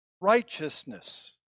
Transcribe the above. righteousness